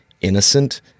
innocent